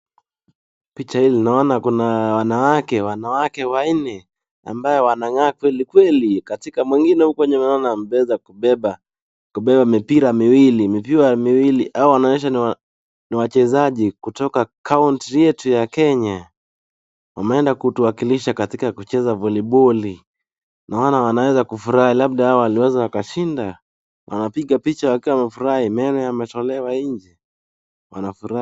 Picha hili naona kuna wanawake. Wanawake wanne ambao wanangaa kwelikweli. Katika mwingine huko ninaona ameweza kubeba mipira miwili, mipira miwili. Hawa inaonyesha ni wachezaji kutoka country yetu ya Kenya. Wameenda kutuwakilisha kucheza voliboli. Naona wanaweza kufurahi, labda hawa waliweza wakashinda. Wanapiga picha wakiwa wamefurahi, meno yametolewa nje. Wanafurai